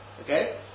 Okay